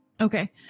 Okay